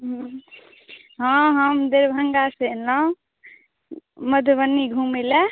हूँ हँ हम दरभङ्गा से एलहुँ मधुबनी घुमै लए